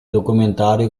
documentario